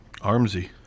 Armsy